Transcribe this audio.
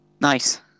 Nice